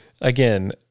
again